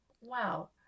wow